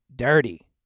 Dirty